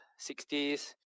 60s